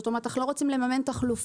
זאת אומרת, אנחנו לא רוצים לממן תחלופה.